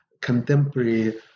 contemporary